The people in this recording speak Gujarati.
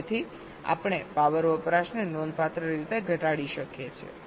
તેથી આપણે પાવર વપરાશને નોંધપાત્ર રીતે ઘટાડી શકીએ છીએ